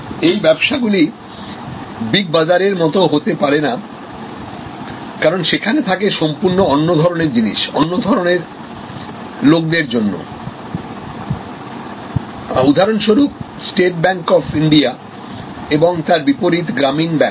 এই ব্যবসা গুলি বিগ বাজারের মতো হতে পারে না কারণ সেখানে থাকে সম্পূর্ণ অন্য ধরনের জিনিস অন্য ধরনের লোকেদের জন্য উদাহরণস্বরূপ স্টেট ব্যাংক অফ ইন্ডিয়া এবং তার বিপরীত গ্রামীণ ব্যাংক